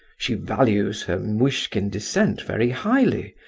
she values her muishkin descent very highly,